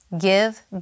Give